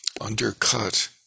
undercut